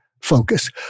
focus